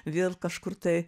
vėl kažkur tai